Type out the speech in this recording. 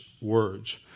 words